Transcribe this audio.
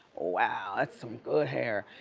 wow, that's some good hair.